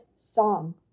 song